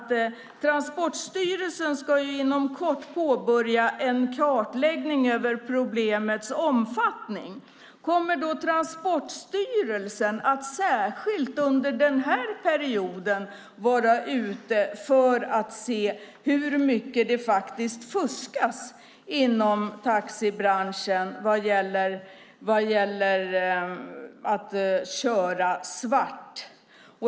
Transportstyrelsen ska inom kort påbörja en kartläggning av problemets omfattning, och min fråga till ministern är: Kommer Transportstyrelsen att särskilt under denna period vara ute för att se hur mycket det faktiskt fuskas inom taxibranschen vad gäller att köra svart?